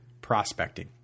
prospecting